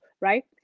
right